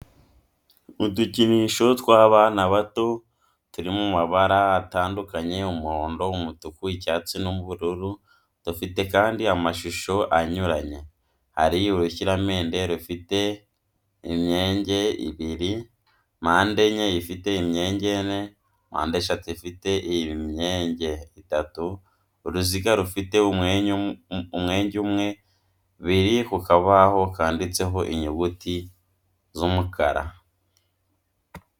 Udukinisho tw'abana bato turi mu mabara atandukanye, umuhondo, umutuku, icyatsi, n'ubururu, dufite kandi amashusho anyuranye, hari urukiramende rufite imyenge ibiri, mpande enye ifite imyenge ine, mpande eshatu ifite imyenge itatu, uruziga rufite umwenge umwe, biri ku kabaho kanditseho inyuguti z'umukara.